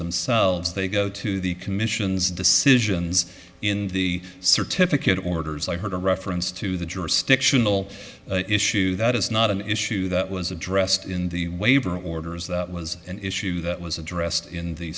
themselves they go to the commission's decisions in the certificate orders i heard a reference to the jurisdictional issue that is not an issue that was addressed in the waiver orders that was an issue that was addressed in the